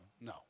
no